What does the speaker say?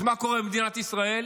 אז מה קורה במדינת ישראל?